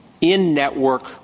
in-network